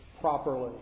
properly